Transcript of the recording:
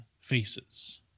faces